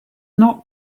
not